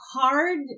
hard